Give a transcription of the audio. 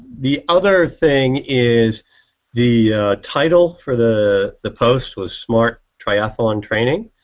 the other thing is the title for the the post was smart triathlon training.